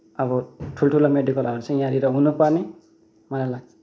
अब ठुल्ठुलो मेडिकलहरू चाहिँ यहाँनिर हुनुपर्ने मलाई लाग्छ